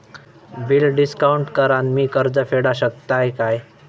Bill discount करान मी कर्ज फेडा शकताय काय?